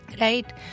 Right